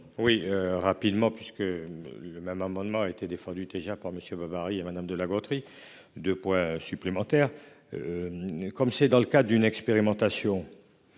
Oui, rapidement puisque le même amendement a été défendu déjà par monsieur Bovary à madame de La Gontrie de poids supplémentaire. Comme c'est dans le cas d'une expérimentation.